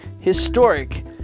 Historic